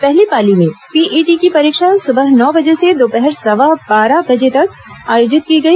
पहली पाली में पीईटी की परीक्षा सुबह नौ बजे से दोपहर सवा बारह बजे तक आयोजित की गई